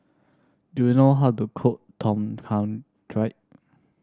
do you know how to cook Tom Kha